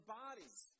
bodies